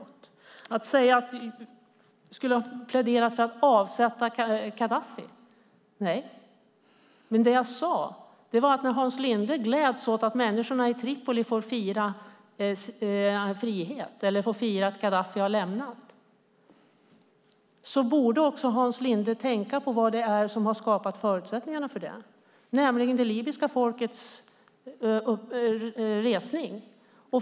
När det gäller detta med att vi skulle ha pläderat för att avsätta Gaddafi: Nej, vad jag sade var att när Hans Linde gläds åt att människorna i Tripoli får fira frihet eller får fira att Gaddafi lämnat borde Hans Linde också tänka på vad det är som har skapat förutsättningarna för det, nämligen det libyska folkets resning.